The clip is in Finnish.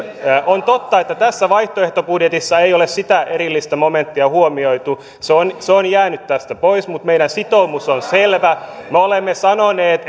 on totta että tässä vaihtoehtobudjetissa ei ole sitä erillistä momenttia huomioitu se on se on jäänyt tästä pois mutta meidän sitoumuksemme on selvä me olemme sanoneet